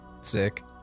Sick